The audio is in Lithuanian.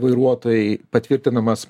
vairuotojai patvirtinamas